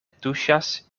tuŝas